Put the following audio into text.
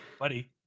buddy